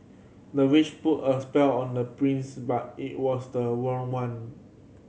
the witch put a spell on the prince but it was the wrong one